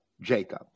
jacob